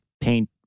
paint